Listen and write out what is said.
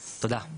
תודה.